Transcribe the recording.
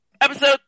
Episode